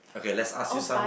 okay let's ask you some